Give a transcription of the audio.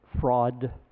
fraud